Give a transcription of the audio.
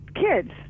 kids